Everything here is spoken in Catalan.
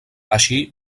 així